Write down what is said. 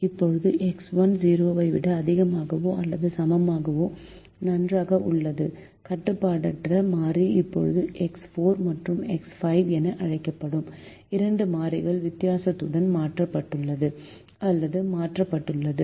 இப்போது எக்ஸ் 1 0 ஐ விட அதிகமாகவோ அல்லது சமமாகவோ நன்றாக உள்ளது கட்டுப்பாடற்ற மாறி இப்போது எக்ஸ் 4 மற்றும் எக்ஸ் 5 என அழைக்கப்படும் இரண்டு மாறிகள் வித்தியாசத்துடன் மாற்றப்பட்டுள்ளது அல்லது மாற்றப்பட்டுள்ளது